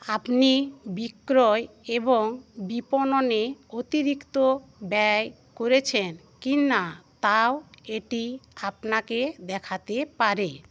আপনি বিক্রয় এবং বিপণনে অতিরিক্ত ব্যয় করছেন কিনা তাও এটি আপনাকে দেখাতে পারে